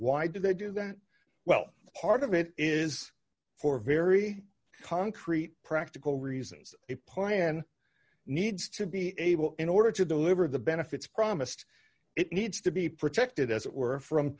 why do they do that well part of it is for very concrete practical reasons a plan needs to be able in order to deliver the benefits promised it needs to be protected as it were from